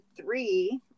three